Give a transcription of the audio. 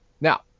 now